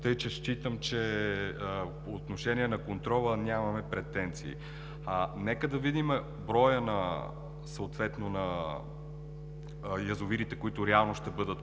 там. Считам, че по отношение на контрола нямаме претенции. Нека да видим броя на язовирите, които реално ще бъдат